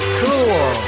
cool